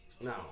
No